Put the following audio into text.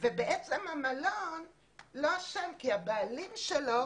וכל מיני שאלות